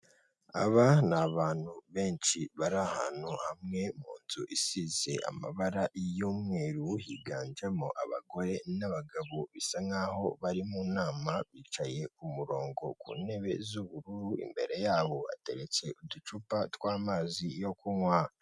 Aba ni abantu benshi bari ahantu hamwe mu nzu isize amabara y'umweru, higanjemo abagore n'abagabo bisa nkaho bari mu nama, bicaye ku murongo ku ntebe z'ubururu, imbere yabo hateretse uducupa tw'amazi yo kunywa.